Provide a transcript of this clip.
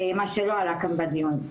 מה שלא עלה כאן בדיון.